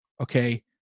Okay